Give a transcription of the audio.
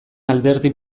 alderdi